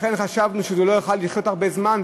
לכן חשבנו שזה לא יוכל לחיות הרבה זמן,